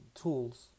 tools